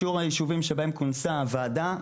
83 מתוך 84. שיעור היישובים שבהם כונסה הוועדה,